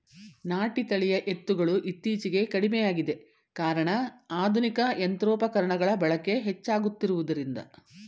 ನಾಟಿ ತಳಿಯ ಎತ್ತುಗಳು ಇತ್ತೀಚೆಗೆ ಕಡಿಮೆಯಾಗಿದೆ ಕಾರಣ ಆಧುನಿಕ ಯಂತ್ರೋಪಕರಣಗಳ ಬಳಕೆ ಹೆಚ್ಚಾಗುತ್ತಿರುವುದರಿಂದ